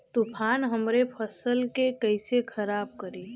तूफान हमरे फसल के कइसे खराब करी?